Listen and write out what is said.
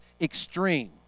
extreme